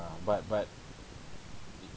ah but but